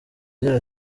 agira